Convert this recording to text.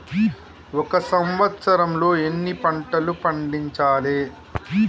ఒక సంవత్సరంలో ఎన్ని పంటలు పండించాలే?